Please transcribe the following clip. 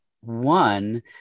one